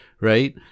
right